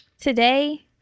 Today